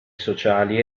sociali